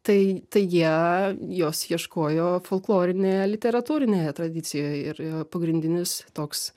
tai tai jie jos ieškojo folklorinėje literatūrinėje tradicijoj ir pagrindinis toks